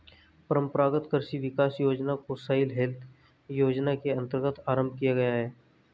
परंपरागत कृषि विकास योजना को सॉइल हेल्थ योजना के अंतर्गत आरंभ किया गया है